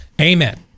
amen